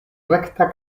rekta